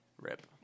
Rip